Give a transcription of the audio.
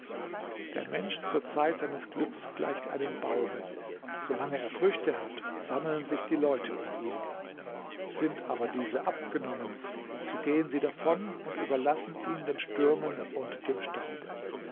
der mensch zur zeit seines glücks gleicht einem baume so lange er früchte hat sammeln sich die leute um ihn sind aber diese abgenommen so gehen sie davon und überlassen ihn den stürmen und dem staube